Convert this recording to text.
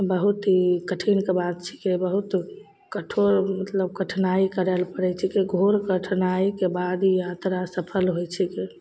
बहुत ई कठिनके बात छीकै बहुत कठोर मतलब कठिनाइ करय लए पड़य छीकै घोर कठिनाइके बाद ई यात्रा सफल होइ छीकै